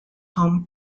home